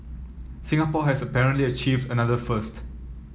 Singapore has apparently achieved another first